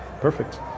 Perfect